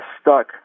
stuck